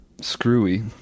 screwy